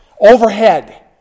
overhead